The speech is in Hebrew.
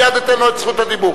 מייד אתן לו את זכות הדיבור.